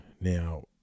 Now